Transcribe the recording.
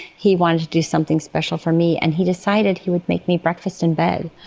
he wanted to do something special for me and he decided he would make me breakfast in bed.